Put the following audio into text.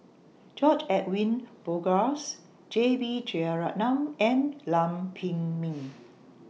George Edwin Bogaars J B Jeyaretnam and Lam Pin Min